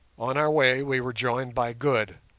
on our way we were joined by good,